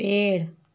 पेड़